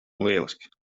lieliski